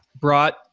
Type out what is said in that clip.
brought